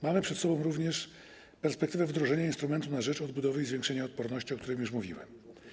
Mamy przed sobą również perspektywę wdrożenia instrumentu na rzecz odbudowy i zwiększania odporności, o którym już mówiłem.